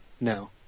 No